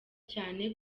cyane